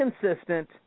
consistent